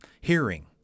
hearing